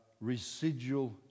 residual